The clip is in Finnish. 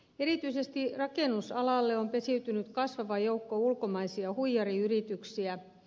erityisesti rakennusalalle on pesiytynyt kasvava joukko ulkomaisia huijariyrityksiä